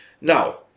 Now